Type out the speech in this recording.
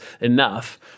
enough